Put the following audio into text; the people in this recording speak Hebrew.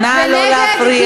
נא לא להפריע.